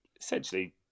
essentially